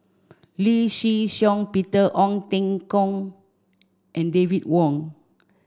Lee Shih Shiong Peter Ong Teng Koon and David Wong